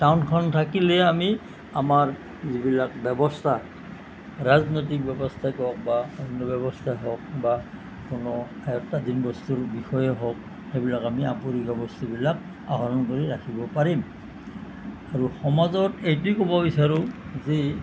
টাউনখন থাকিলে আমি আমাৰ যিবিলাক ব্যৱস্থা ৰাজনীতিক ব্যৱস্থা হওক বা অন্য ব্যৱস্থা হওক বা কোনো আয়ত্তাধীন বস্তুৰ বিষয়ে হওক সেইবিলাক আমি আপুৰুগীয়া বস্তুবিলাক আহৰণ কৰি ৰাখিব পাৰিম আৰু সমাজত এইটোৱে ক'ব বিচাৰোঁ যে